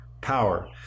power